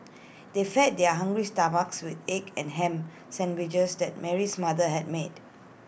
they fed their hungry stomachs with egg and Ham Sandwiches that Mary's mother had made